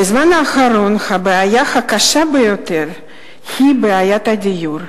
בזמן האחרון הבעיה הקשה ביותר היא בעיית הדיור.